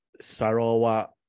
Sarawak